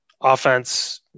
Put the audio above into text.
Offense